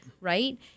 right